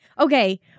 Okay